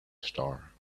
star